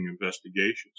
investigations